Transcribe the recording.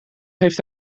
heeft